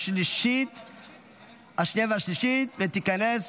השנייה והשלישית, ותיכנס